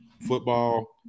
football